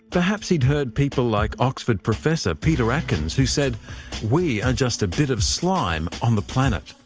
perhaps he'd heard people like oxford professor peter atkins who said we are just a bit of slime on the planet.